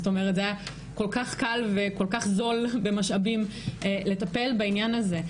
זאת אומרת זה כל כך קל וכל כך זול במשאבים לטפל בעניין הזה.